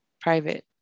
private